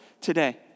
today